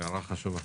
הערה חשובה.